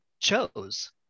chose